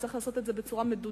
צריך לעשות את זה בצורה מדודה.